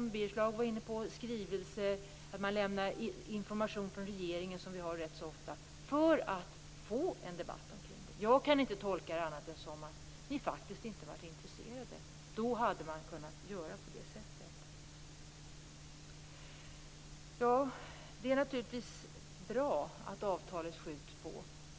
Birger Schlaug var inne på skrivelser och att regeringen skulle lämna information, som sker ganska ofta, för att få en debatt om detta. Jag kan inte tolka detta på annat sätt än att ni faktiskt inte har varit intresserade. Då hade ni kunnat göra på det sättet. Det är naturligtvis bra att avtalet skjuts på framtiden.